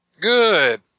Good